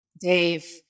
Dave